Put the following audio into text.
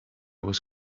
was